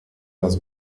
las